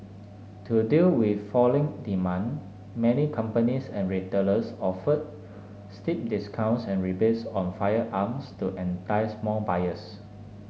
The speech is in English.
to deal with falling demand many companies and retailers offered steep discounts and rebates on firearms to entice more buyers